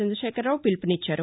చంద్రదశేఖరరావు పిలుపు ఇచ్చారు